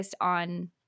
on